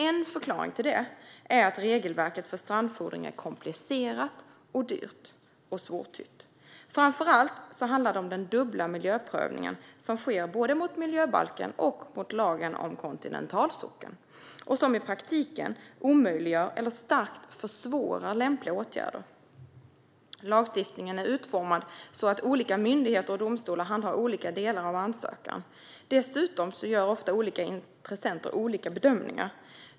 En förklaring är att regelverket för strandfodring är komplicerat och svårtytt. Framför allt handlar det om den dubbla miljöprövningen som sker mot både miljöbalken och lagen om kontinentalsockeln, vilket i praktiken omöjliggör eller starkt försvårar lämpliga åtgärder. Lagstiftningen är utformad så att olika myndigheter och domstolar handhar olika delar av ansökan. Dessutom gör olika intressenter ofta olika bedömningar.